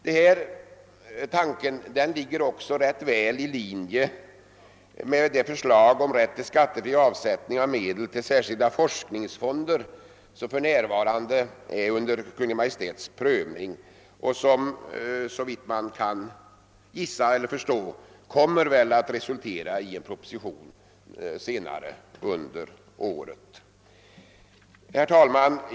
Denna tanke ligger också rätt väl i linje med det förslag om rätt till skattefri avsättning av medel till särskilda forskningsfonder som för närvarande är under Kungl. Maj:ts prövning och som såvitt man kan förstå troligen kommer att resultera i en proposition senare under året. Herr talman!